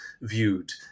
viewed